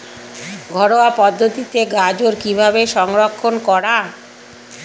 ঘরোয়া পদ্ধতিতে গাজর কিভাবে সংরক্ষণ করা?